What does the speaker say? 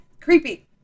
Creepy